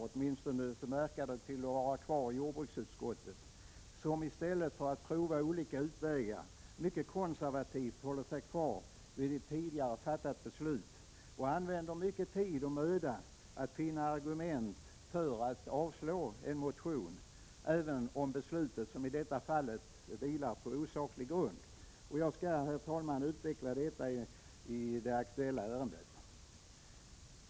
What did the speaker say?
Åtminstone verkar den finnas kvar i jordbruksutskottet, somi stället för att pröva olika utvägar mycket konservativt håller sig kvar vid ett tidigare fattat beslut och använder mycken tid och möda att finna argument för att avstyrka en motion, även om beslutet — som i detta fall — vilar på osaklig grund. Jag skall, herr talman, utveckla detta i det aktuella ärendet.